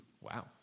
Wow